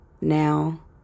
now